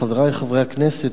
חברי חברי הכנסת,